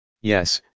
Yes